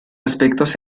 aspectos